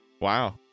Wow